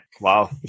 Wow